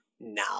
now